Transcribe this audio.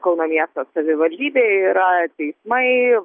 kauno miesto savivaldybė yra teismai